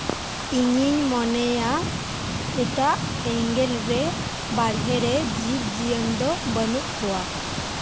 ᱤᱧᱤᱧ ᱢᱚᱱᱮᱭᱟ ᱮᱴᱟᱜ ᱮᱸᱜᱮᱞᱨᱮ ᱵᱟᱦᱨᱮ ᱨᱮ ᱡᱤᱵ ᱦᱤᱭᱚᱱ ᱫᱚ ᱵᱟᱹᱱᱩᱜ ᱠᱚᱣᱟ